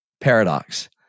paradox